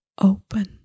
open